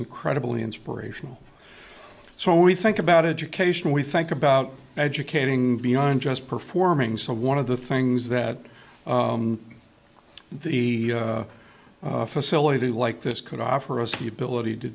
incredibly inspirational so we think about education we think about educating beyond just performing so one of the things that the facility like this could offer us the ability to